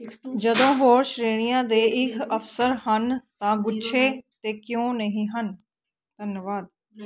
ਜਦੋਂ ਹੋਰ ਸ਼੍ਰੇਣੀਆਂ ਦੇ ਇਹ ਅਫਸਰ ਹਨ ਤਾਂ ਗੁੱਛੇ 'ਤੇ ਕਿਉਂ ਨਹੀਂ ਹਨ ਧੰਨਵਾਦ